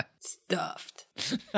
Stuffed